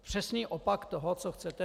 Přesný opak toho, co chcete.